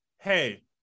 Hey